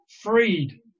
freed